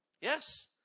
Yes